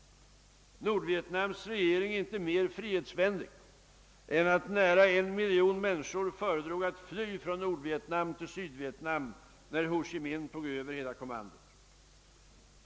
Nordvietnams regering är inte mer frihetvänlig än att nära en miljon människor föredrog att fly från Nordvietnam till Sydvietnam när Ho Chi Minh tog över hela kommandot.